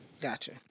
Gotcha